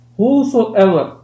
whosoever